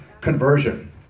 conversion